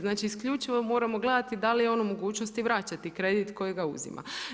Znači isključivo moramo gledati da li je on u mogućnosti vraćati kredit kojega uzima.